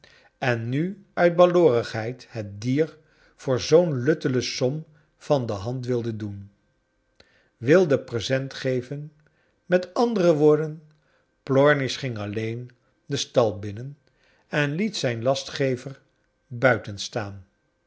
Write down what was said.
en nu uit j haloorigheid het dier voor zoo'n luttele eom van de hand wilde doen wilde present geven m a w plornish ging alleen den stal binnen en i liet zijn lastgever buiten staan